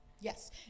Yes